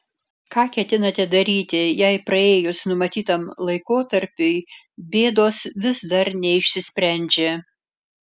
ką ketinate daryti jei praėjus numatytam laikotarpiui bėdos vis dar neišsisprendžia